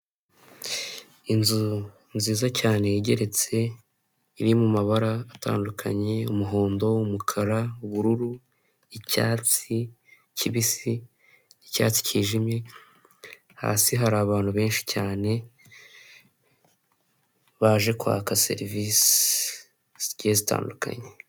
Inzu nziza cyane igeretse iri mu mabara atandukanye umuhondo, umukara, ubururu, icyatsi kibisi, icyatsi cyijimye, hasi hari abantu benshi cyane baje kwaka serivise zigiye zitandukanye.